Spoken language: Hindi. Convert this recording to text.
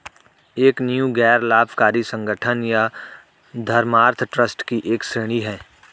एक नींव गैर लाभकारी संगठन या धर्मार्थ ट्रस्ट की एक श्रेणी हैं